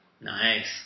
Nice